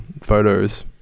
photos